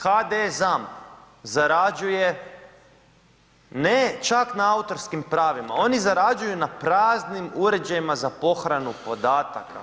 HDS ZAMP zarađuje ne čak na autorskim pravima, oni zarađuju na praznim uređajima za pohranu podataka.